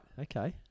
Okay